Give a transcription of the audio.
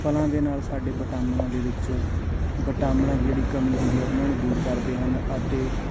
ਫ਼ਲਾਂ ਦੇ ਨਾਲ ਸਾਡੇ ਵਿਟਾਮਨਾਂ ਦੇ ਵਿੱਚ ਵਿਟਾਮਨਾਂ ਦੀ ਜਿਹੜੀ ਕਮੀ ਹੁੰਦੀ ਆ ਉਹਨਾਂ ਨੂੰ ਦੂਰ ਕਰਦੇ ਹਨ ਅਤੇ